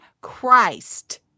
Christ